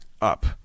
up